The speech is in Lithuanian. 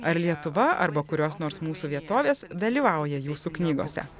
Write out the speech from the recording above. ar lietuva arba kurios nors mūsų vietovės dalyvauja jūsų knygose